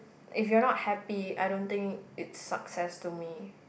if you are not happy I don't think it's success to me